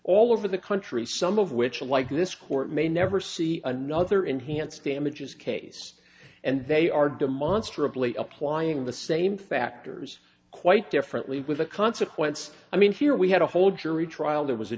all over the country some of which like this court may never see another enhanced damages case and they are demonstrably applying the same factors quite differently with the consequences i mean here we had a whole jury trial there was a